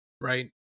right